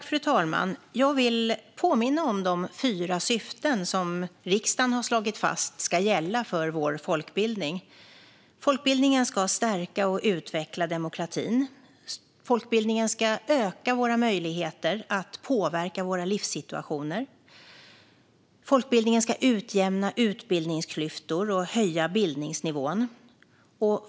Fru talman! Jag vill påminna om de fyra syften som riksdagen har slagit fast ska gälla för vår folkbildning: Folkbildningen ska stärka och utveckla demokratin. Folkbildningen ska öka våra möjligheter att påverka våra livssituationer. Folkbildningen ska utjämna utbildningsklyftor och höja bildningsnivån.